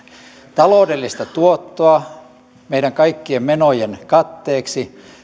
taloudellista tuottoa meidän kaikkien menojemme katteeksi